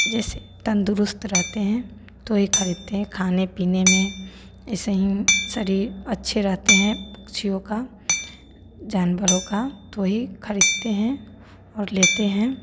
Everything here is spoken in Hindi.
जैसे तंदुरुस्त रहते हैं तो ही खरीदते हैं खाने पीने में ऐसे ही शरीर अच्छे रहते हैं पक्षियों का जानवरों का तो ही खरीदते हैं और लेते हैं